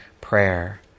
prayer